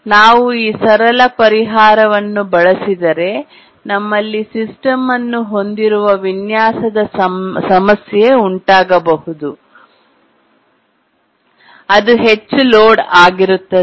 ನಾವು ಈ ಸರಳ ಪರಿಹಾರವನ್ನು ಬಳಸಿದರೆ ನಮ್ಮಲ್ಲಿ ಸಿಸ್ಟಮ್ ಅನ್ನು ಹೊಂದಿರುವ ವಿನ್ಯಾಸದ ಸಮಸ್ಯೆ ಉಂಟಾಗಬಹುದು ಅದು ಹೆಚ್ಚು ಲೋಡ್ ಆಗಿರುತ್ತದೆ